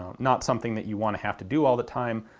not something that you want to have to do all the time,